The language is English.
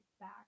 back